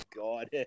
God